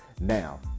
Now